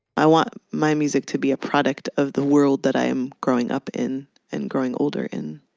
i want my music to be a product of the world that i am growing up in and growing older in.